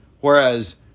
Whereas